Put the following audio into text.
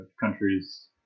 countries